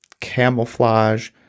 camouflage